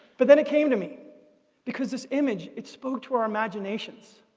but then it came to me because this image, it spoke to our imaginations,